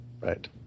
right